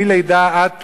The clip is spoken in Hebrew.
מלידה עד פטירה,